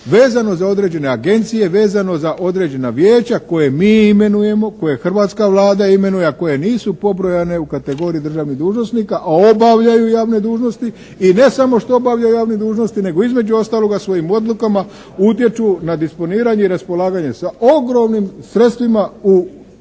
vezano za određene agencije, vezano za određena vijeća koje mi imenujemo, koje hrvatska Vlada imenuje a koje nisu pobrojane u kategoriji državnih dužnosnika a obavljaju javne dužnosti. I ne samo što obavljaju javne dužnosti nego između ostaloga svojim odlukama utječu na disponiranje i raspolaganje sa ogromnim sredstvima u Republici